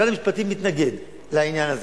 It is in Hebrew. משרד המשפטים מתנגד לעניין הזה.